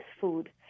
food